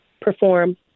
perform